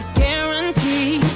guarantee